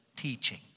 teaching